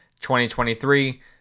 2023